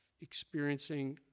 experiencing